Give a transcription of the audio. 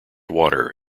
water